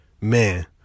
Man